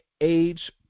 Age